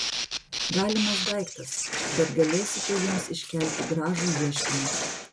galimas daiktas bet galėsite jiems iškelti gražų ieškinį